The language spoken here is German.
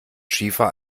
schiefer